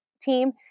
team